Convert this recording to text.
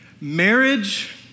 Marriage